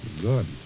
Good